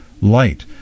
light